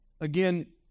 again